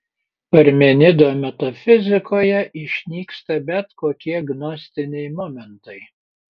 parmenido metafizikoje išnyksta bet kokie gnostiniai momentai